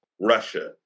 Russia